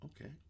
okay